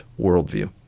worldview